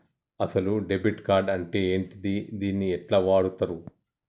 అసలు debit card అంటే ఏంటిది? దీన్ని ఎట్ల వాడుతరు?